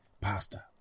pasta